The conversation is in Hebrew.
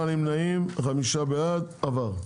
הצבעה אושר שלושה נמנעים, חמישה בעד, עבר.